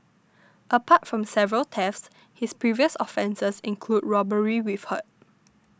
apart from several thefts his previous offences include robbery with hurt